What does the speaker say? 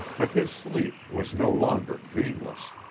but his sleep was no longer dreamless.